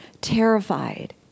terrified